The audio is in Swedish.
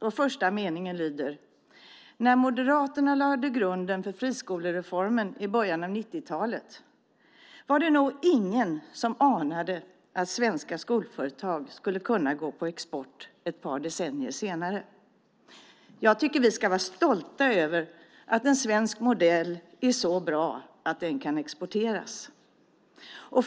Den första meningen lyder: "När Moderaterna lade grunden för friskolereformen i början av 1990-talet var det nog ingen som anade att svenska skolföretag skulle kunna gå på export ett par decennier senare." Jag tycker att vi ska vara stola över att en svensk modell är så bra att den kan exporteras.